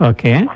Okay